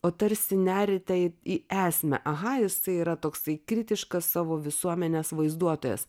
o tarsi neriate į esmę aha jis yra toksai kritiškas savo visuomenės vaizduotojas